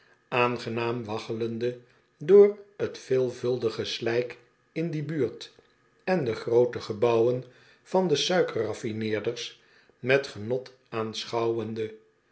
aangenaam waggelende door t veelvuldige slijk in die buurt en de groote gebouwen van de